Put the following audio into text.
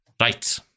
Right